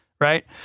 right